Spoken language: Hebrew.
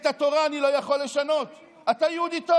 את התורה אני לא יכול לשנות, אדוני, גם אני יהודי.